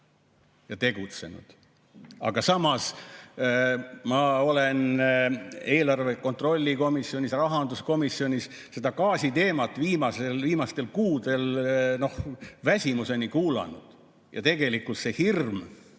ja tegutsenud. Aga samas ma olen eelarve kontrolli komisjonis ja rahanduskomisjonis seda gaasi teemat viimastel kuudel väsimuseni kuulanud ja tegelikult [on] see hirm,